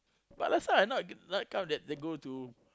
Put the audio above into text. but last time I not I not kind that go to